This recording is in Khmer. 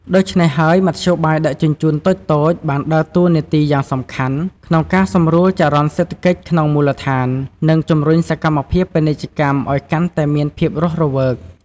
ដូច្នេះហើយ មធ្យោបាយដឹកជញ្ជូនតូចៗបានដើរតួនាទីយ៉ាងសំខាន់ក្នុងការសម្រួលចរន្តសេដ្ឋកិច្ចក្នុងមូលដ្ឋាន និងជំរុញសកម្មភាពពាណិជ្ជកម្មឱ្យកាន់តែមានភាពរស់រវើក។